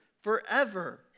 forever